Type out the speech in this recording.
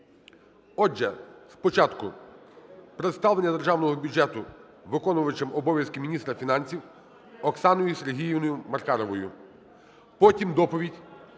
Отже, спочатку представлення Державного бюджету виконуючим обов'язки міністра фінансів Оксаною Сергіївною Маркаровою, потім доповідь